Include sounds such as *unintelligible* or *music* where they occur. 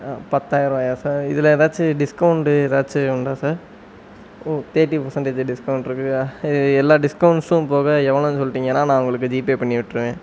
பத்தாயரரூவாயா sir இதில் எதாச்சு discount ஏதாச்சும் உண்டா சார் ஓ தேர்ட்டி பெர்சண்டேஜ் டிஸ்கவுண்ட்டிருக்கு *unintelligible* எல்லா டிஸ்கவுண்ட்ஸும் போக எவ்வளோன்னு சொல்லிட்டீங்கனா நான் உங்களுக்கு ஜிபே பண்ணிவிட்ருவேன்